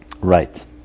Right